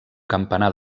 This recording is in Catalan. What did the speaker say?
campanar